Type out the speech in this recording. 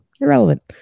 Irrelevant